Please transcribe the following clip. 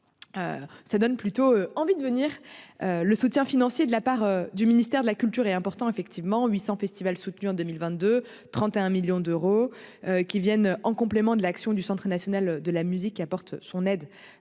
Ça donne plutôt envie de venir. Le soutien financier de la part du ministère de la culture est important effectivement 800 festival soutenu en 2022, 31 millions d'euros qui viennent en complément de l'action du Centre national de la musique apporte son aide.